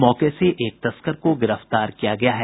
मौके से एक तस्कर को गिरफ्तार किया गया है